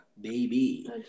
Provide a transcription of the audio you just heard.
baby